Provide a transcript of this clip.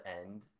end